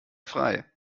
frei